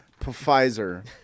Pfizer